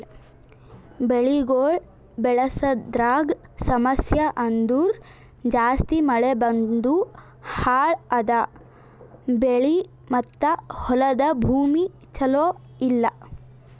ಬೆಳಿಗೊಳ್ ಬೆಳಸದ್ರಾಗ್ ಸಮಸ್ಯ ಅಂದುರ್ ಜಾಸ್ತಿ ಮಳಿ ಬಂದು ಹಾಳ್ ಆದ ಬೆಳಿ ಮತ್ತ ಹೊಲದ ಭೂಮಿ ಚಲೋ ಇಲ್ಲಾ